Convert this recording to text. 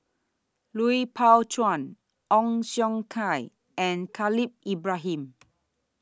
Lui Pao Chuen Ong Siong Kai and Khalil Ibrahim